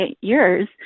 years